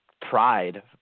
pride